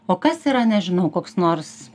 o kas yra nežinau koks nors